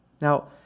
Now